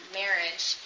marriage